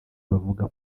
bavuga